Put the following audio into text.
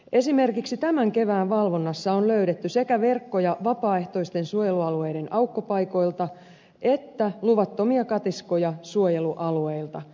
esimerkiksi tämän kevään valvonnassa on löydetty sekä verkkoja vapaaehtoisten suojelualueiden aukkopaikoilta että luvattomia katiskoja suojelualueilta